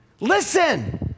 Listen